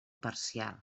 parcial